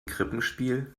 krippenspiel